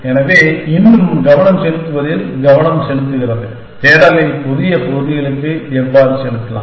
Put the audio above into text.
எனவே இன்னும் கவனம் செலுத்துவதில் கவனம் செலுத்துகிறது தேடலை புதிய பகுதிகளுக்கு எவ்வாறு செலுத்தலாம்